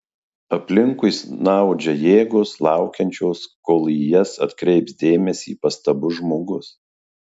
aplinkui snaudžia jėgos laukiančios kol į jas atkreips dėmesį pastabus žmogus